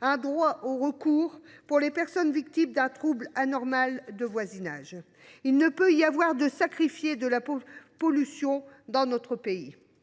un droit au recours à toutes les personnes victimes d’un trouble anormal de voisinage. Il ne saurait y avoir de sacrifiés de la pollution dans notre pays